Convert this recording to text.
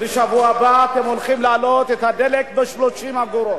בשבוע הבא אתם הולכים להעלות את הדלק ב-30 אגורות.